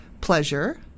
Pleasure